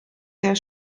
der